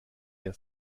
der